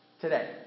today